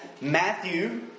Matthew